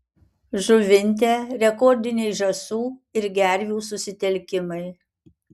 žuvinte rekordiniai žąsų ir gervių susitelkimai